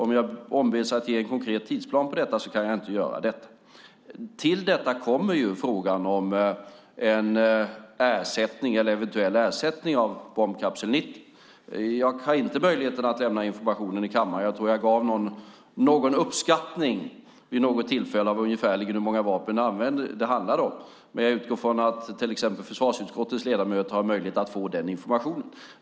Om jag ombeds ge en konkret tidsplan för detta är svaret att jag inte kan det. Till detta kommer frågan om en eventuell ersättning av bombkapsel 90. Jag har inte möjlighet att lämna denna information i kammaren. Jag tror att jag vid något tillfälle gav en uppskattning av ungefär hur många vapen det handlade om, men jag utgår ifrån att till exempel försvarsutskottets ledamöter har möjlighet att få den informationen.